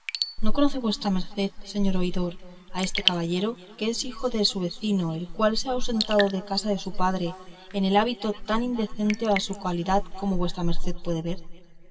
no conoce vuestra merced señor oidor a este caballero que es el hijo de su vecino el cual se ha ausentado de casa de su padre en el hábito tan indecente a su calidad como vuestra merced puede ver